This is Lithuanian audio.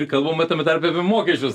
ir kalbama tame tarpe apie mokesčius